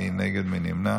מי נגד?